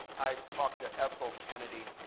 i talked to ethel kennedy.